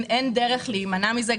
אין דרך להימנע מזה,